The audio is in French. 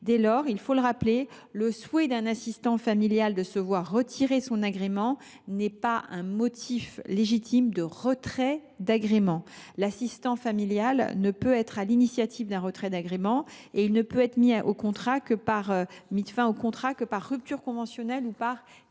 alors le licencier. Le souhait d’un assistant familial de se voir retirer son agrément ne constitue pas un motif légitime de retrait d’agrément. L’assistant familial ne peut être à l’initiative d’un retrait d’agrément, et il ne peut être mis fin au contrat que par rupture conventionnelle ou par démission.